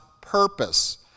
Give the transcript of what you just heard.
purpose